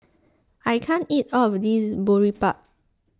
I can't eat all of this Boribap